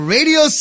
Radio